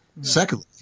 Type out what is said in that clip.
Secondly